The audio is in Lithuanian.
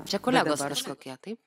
čia kolegos kažkokie taip